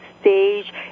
stage